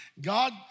God